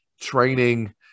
training